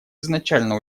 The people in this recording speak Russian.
изначально